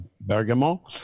Bergamo